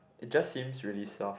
it just seems really soft